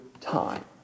time